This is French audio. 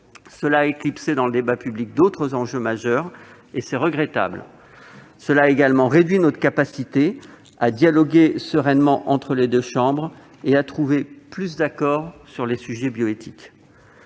Cela a éclipsé dans le débat public d'autres enjeux majeurs, et c'est regrettable. Cela a également réduit notre capacité à engager un dialogue serein entre les deux assemblées et à trouver plus d'accord sur les sujets de bioéthique.